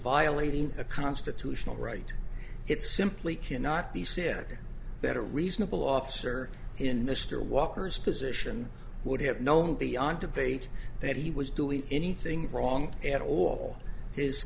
violating a constitutional right it simply cannot be said that a reasonable office or in mr walker's position would have known beyond debate that he was doing anything wrong at all his